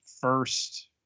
first